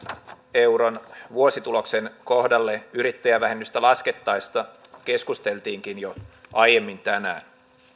euron vuosituloksen kohdalle yrittäjävähennystä laskettaessa keskusteltiinkin jo aiemmin tänään